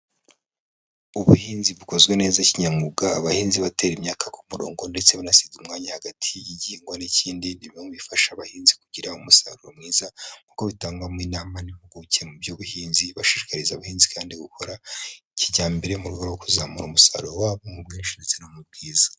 Ubuhinzi bukozwe neza kinyamwuga abahinzi batera imyaka ku murongo ndetse banasiga umwanya hagati y'igihingwa n'ikindi, ni bimwe mu bifasha abahinzi kugira umusaruro mwiza nk'uko bitangwamo inama n'impuguke mu by'ubuhinzi. Bashishikariza ubuhinzi kandi gukora kijyambere, mu rwego rwo kuzamura umusaruro wabo mu bwinshi ndetse no mu bwiza.